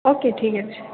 ଓ କେ ଠିକ୍ ଅଛି